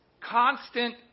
constant